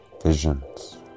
visions